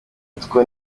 utwo